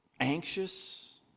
anxious